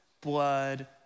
blood